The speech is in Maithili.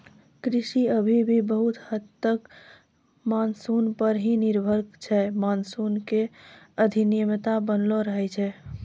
कृषि अभी भी बहुत हद तक मानसून पर हीं निर्भर छै मानसून के अनियमितता बनलो रहै छै